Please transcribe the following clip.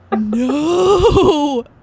No